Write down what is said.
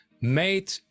made